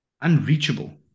unreachable